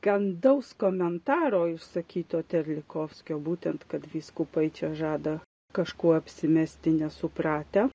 kandaus komentaro išsakyto terlikovskio būtent kad vyskupai čia žada kažkuo apsimesti nesupratę